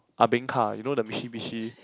ah-beng car you know the Mitsubishi